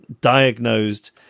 diagnosed